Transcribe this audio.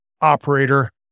operator